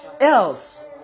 else